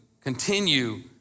continue